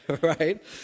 right